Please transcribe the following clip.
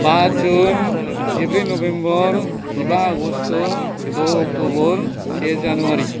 बा जुन जिब्रै नबेम्बर जिबा आगस्ट' द' अक्ट'बर से जानुवारि